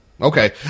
okay